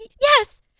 Yes